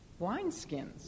wineskins